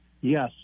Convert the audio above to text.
Yes